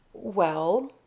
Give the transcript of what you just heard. well?